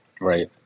Right